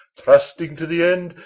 trusting to the end,